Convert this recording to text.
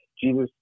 Jesus